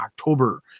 October